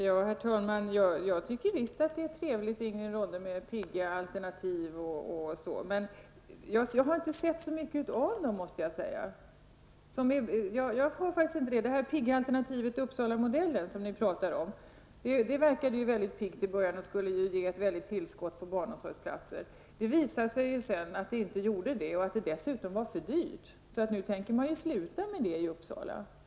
Herr talman! Jag tycker visst att det är trevligt med pigga alternativ, men jag har inte sett så mycket av dem, Ingrid Ronne-Björkqvist. Det pigga alternativet Uppsalamodellen verkade ju väldigt piggt i början och skulle ge ett så stort tillskott på barnomsorgsplatser. Det visade sig sedan att så inte var fallet och att det dessutom var för dyrt. Så nu skall man sluta med det i Uppsala.